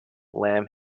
lam